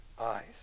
eyes